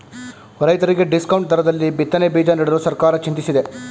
ರೈತರಿಗೆ ಡಿಸ್ಕೌಂಟ್ ದರದಲ್ಲಿ ಬಿತ್ತನೆ ಬೀಜ ನೀಡಲು ಸರ್ಕಾರ ಚಿಂತಿಸಿದೆ